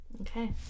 Okay